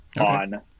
On